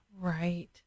right